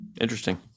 Interesting